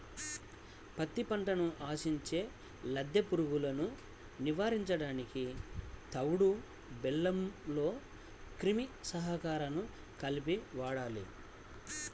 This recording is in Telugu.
పత్తి పంటను ఆశించే లద్దె పురుగులను నివారించడానికి తవుడు బెల్లంలో క్రిమి సంహారకాలను కలిపి వాడాలి